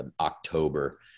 october